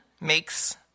makes